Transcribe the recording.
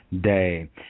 day